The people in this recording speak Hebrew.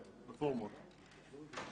נפעל לטובת העניין הזה.